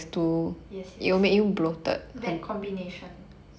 yes yes bad combination